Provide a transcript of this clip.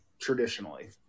traditionally